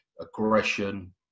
aggression